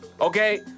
Okay